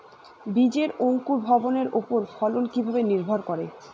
বীজের অঙ্কুর ভবনের ওপর ফলন কিভাবে নির্ভর করে?